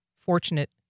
fortunate